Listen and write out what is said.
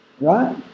Right